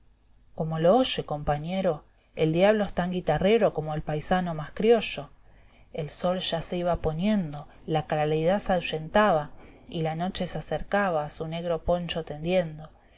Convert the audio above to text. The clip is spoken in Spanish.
como lo oye compañero el diablo es tan guitarrero como el paisano más criollo el sol ya se iba poniendo la claridá se ahuyentaba y la noche se acercaba su negro poncho tendiendo